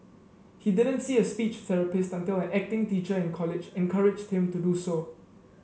he didn't see a speech therapist until an acting teacher in college encouraged him to do so